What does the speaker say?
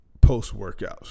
post-workouts